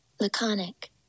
Laconic